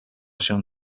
się